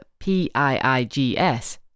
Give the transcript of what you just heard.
PIIGS